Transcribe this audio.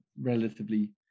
relatively